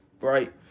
Right